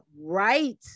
right